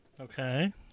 Okay